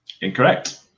Incorrect